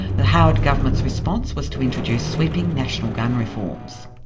the howard government's response was to introduce sweeping national gun reforms.